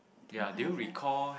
don't have leh